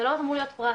זה לא אמור להיות פרס,